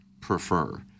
prefer